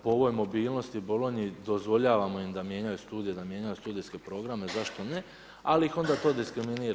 Po ovoj mobilnosti Bolonji dozvoljavamo im da mijenjaju studije, da mijenjaju studijske programe, zašto ne, ali ih onda to diskriminira.